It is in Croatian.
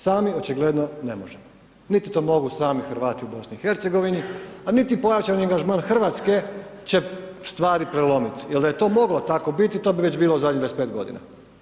Sami očigledno ne možemo, niti mogu sami Hrvati u BiH, a niti pojačan angažman Hrvatske će stvari prelomit, jer da je to moglo tako biti to bi već bilo zadnjih 25 godina.